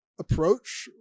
approach